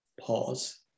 Pause